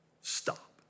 Stop